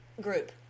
group